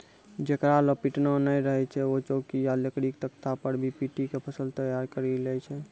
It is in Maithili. जेकरा लॅ पिटना नाय रहै छै वैं चौकी या लकड़ी के तख्ता पर भी पीटी क फसल तैयार करी लै छै